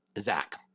Zach